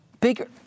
bigger